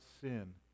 sin